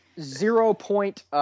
zero-point